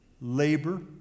labor